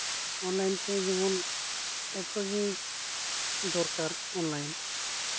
online ᱛᱮ ᱡᱮᱢᱚᱱ ᱮᱛᱚ ᱡᱮ ᱫᱚᱨᱠᱟᱨ ᱚᱱᱞᱟᱭᱤᱱ